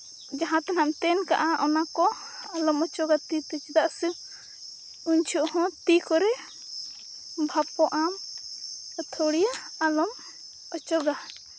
ᱡᱟᱦᱟᱸ ᱛᱮᱦᱟᱸᱜ ᱮᱢ ᱛᱮᱱ ᱠᱟᱜᱼᱟ ᱚᱱᱟ ᱠᱚ ᱟᱞᱚᱢ ᱚᱪᱚᱜᱟ ᱛᱤ ᱛᱮ ᱪᱮᱫᱟᱜ ᱥᱮ ᱩᱱ ᱡᱚᱦᱚᱜ ᱦᱚᱸ ᱛᱤ ᱠᱚᱨᱮ ᱵᱷᱟᱯᱚᱜ ᱟᱢ ᱟᱹᱛᱷᱟᱹᱲᱤᱭᱟᱹ ᱟᱞᱚᱢ ᱚᱪᱚᱜᱟ